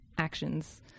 actions